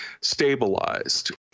stabilized